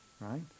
right